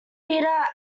beta